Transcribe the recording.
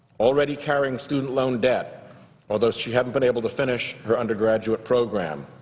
already carrying student loan debt although she hasn't been able to finish her undergraduate program.